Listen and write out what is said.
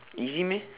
easy meh